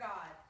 God